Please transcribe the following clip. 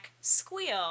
squeal